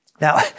Now